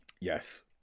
Yes